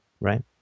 Right